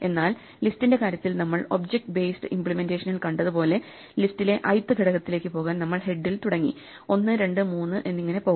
എന്നാൽ ലിസ്റ്റിൻെറ കാര്യത്തിൽ നമ്മൾ ഒബ്ജക്റ്റ് ബേസ്ഡ് ഇമ്പ്ലിമെന്റേഷനിൽ കണ്ടതുപോലെ ലിസ്റ്റിലെ i ത് ഘടകത്തിലേക്ക് പോകാൻ നമ്മൾ ഹെഡ് ൽ തുടങ്ങി ഒന്ന് രണ്ട് മൂന്ന് എന്നിങ്ങനെ പോകണം